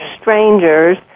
strangers